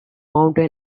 mountain